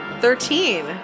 Thirteen